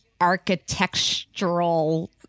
architectural